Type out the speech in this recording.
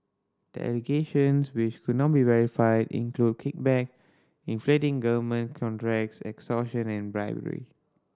the allegations which could not be verified include kickback inflating government contracts extortion and bribery